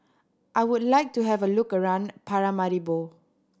I would like to have a look around Paramaribo